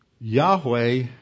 Yahweh